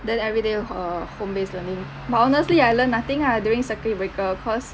then everyday err home based learning but honestly I learned nothing lah during circuit breaker cause